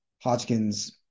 Hodgkin's